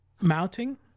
mounting